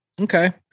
Okay